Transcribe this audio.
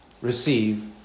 receive